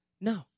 no